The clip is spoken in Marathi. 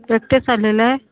एकटेच आलेला आहे